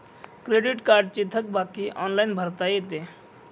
credit कार्डची थकबाकी online भरता येते